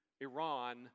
Iran